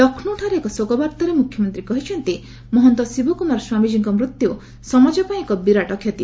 ଲକ୍ଷ୍ନୌଠାରେ ଏକ ଶୋକ ବାର୍ଭାରେ ମୁଖ୍ୟମନ୍ତ୍ରୀ କହିଛନ୍ତି ମହନ୍ତ ଶିବ କୁମାର ସ୍ୱାମୀଜୀଙ୍କ ମୃତ୍ୟୁ ସମାଜ ପାଇଁ ଏକ ବିରାଟ କ୍ଷତି